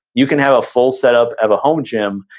you can have a full setup of a home gym,